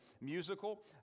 musical